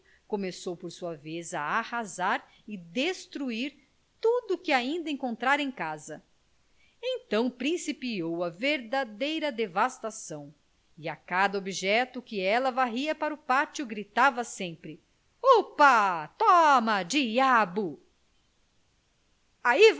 começou por sua vez a arrasar e a destruir tudo que ainda encontrara em casa então principiou a verdadeira devastação e a cada objeto que ela varria para o pátio gritava sempre upa toma diabo